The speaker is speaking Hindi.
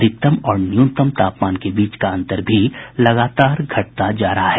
अधिकतम और न्यूनतम तापमान के बीच का अंतर भी लगातार घटता जा रहा है